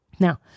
Now